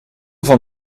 van